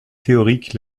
théorique